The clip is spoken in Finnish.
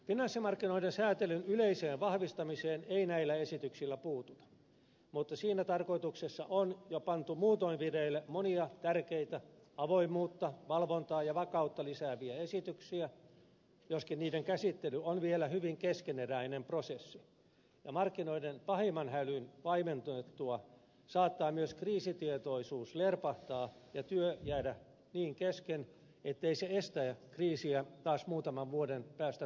finanssimarkkinoiden säätelyn yleiseen vahvistamiseen ei näillä esityksillä puututa mutta siinä tarkoituksessa on jo pantu muutoin vireille monia tärkeitä avoimuutta valvontaa ja vakautta lisääviä esityksiä joskin niiden käsittely on vielä hyvin keskeneräinen prosessi ja markkinoiden pahimman hälyn vaimennuttua saattaa myös kriisitietoisuus lerpahtaa ja työ jäädä niin kesken ettei se estä kriisiä taas muutaman vuoden päästä toistumasta